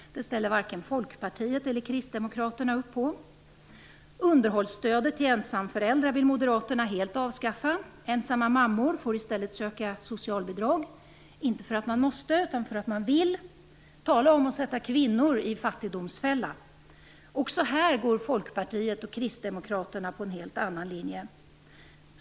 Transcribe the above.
Det ställer varken Folkpartiet eller Kristdemokraterna upp på. Underhållsstödet till ensamförälder vill Moderaterna helt avskaffa - inte för att man måste, utan för att man vill. Ensamma mammor får i stället söka socialbidrag. Tala om att sätta kvinnor i fattigdomsfälla! Också här går Folkpartiet och Kristdemokraterna på en helt annan linje.